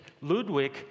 Ludwig